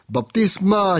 Baptisma